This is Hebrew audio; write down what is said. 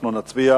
אנחנו נצביע